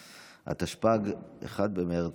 התשפ"ג,